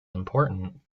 important